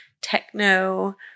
techno